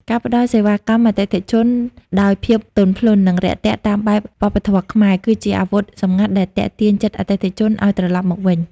ការផ្ដល់សេវាកម្មអតិថិជនដោយភាពទន់ភ្លន់ និងរាក់ទាក់តាមបែបវប្បធម៌ខ្មែរ គឺជាអាវុធសម្ងាត់ដែលទាក់ទាញចិត្តអតិថិជនឱ្យត្រឡប់មកវិញ។